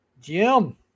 Jim